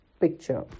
picture